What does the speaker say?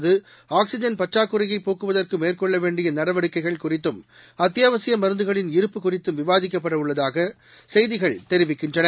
தடுப்பூசிசெலுத்தும் oxygen பற்றாக்குறையைப் போக்குவதற்குமேற்கொள்ளவேண்டியநடவடிக்கைகள் குறித்தும் அத்தியாவசியமருந்துகளின் இருப்பு குறித்தும் விவாதிக்கப்படஉள்ளதாகசெய்திகள் தெரிவிக்கின்றன